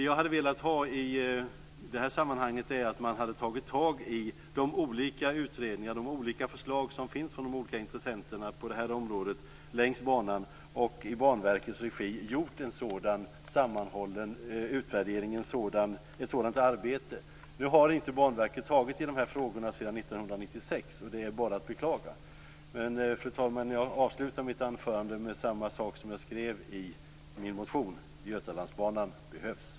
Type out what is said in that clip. Jag hade velat att de olika förslag som finns från de olika intressenterna längs banan hade utvärderats i Banverkets regi. Nu har inte Banverket gjort något åt frågorna sedan 1996. Det är bara att beklaga. Fru talman! Jag avslutar mitt anförande med samma som jag skrev i min motion: Götalandsbanan behövs.